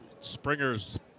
springer's